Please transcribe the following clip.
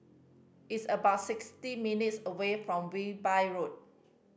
it's about sixty minutes' away from Wilby Road